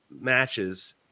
matches